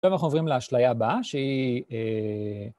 עכשיו אנחנו עוברים להשליה הבאה שהיא...